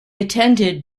attended